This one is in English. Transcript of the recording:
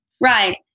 Right